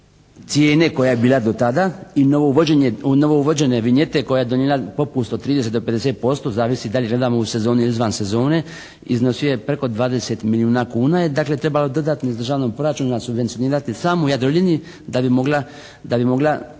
cijene koja je bila do tada i novouvođene vinjete koja je donijela popust od 30 do 50%. Zavisi kad gledamo u sezoni ili izvan sezone. Iznos je preko 20 milijuna kuna je dakle trebalo dodatno iz Državnog proračuna subvencionirati samo u Jadroliniji da bi mogla